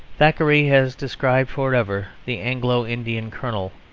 thackeray has described for ever the anglo-indian colonel